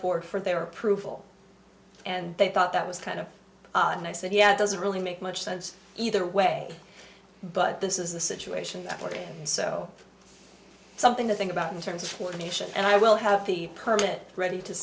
four for their approval and they thought that was kind of and i said yeah doesn't really make much sense either way but this is the situation at work so something to think about in terms of formation and i will have the permit ready to